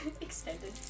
extended